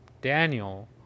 Daniel